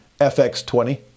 FX20